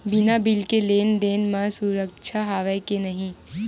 बिना बिल के लेन देन म सुरक्षा हवय के नहीं?